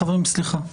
חברים, סליחה.